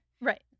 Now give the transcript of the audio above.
Right